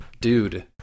dude